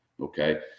Okay